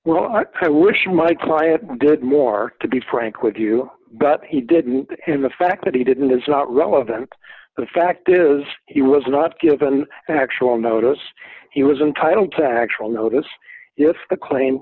well i wish my client did more to be frank with you but he didn't have the fact that he didn't is not relevant the fact is he was not given factual notice he was entitled to actual notice if the claim